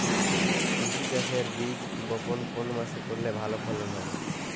তিসি চাষের বীজ বপন কোন মাসে করলে ভালো ফলন হবে?